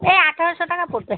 ওই আঠারাশো টাকা পড়বে